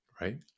right